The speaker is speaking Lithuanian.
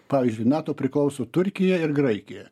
pavyzdžiui nato priklauso turkija ir graikija